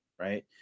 right